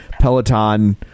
Peloton